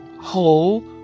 whole